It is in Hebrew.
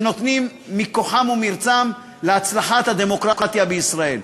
שנותנים מכוחם ומרצם להצלחת הדמוקרטיה בישראל.